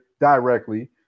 directly